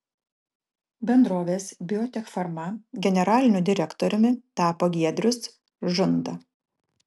bendrovės biotechfarma generaliniu direktoriumi tapo giedrius žunda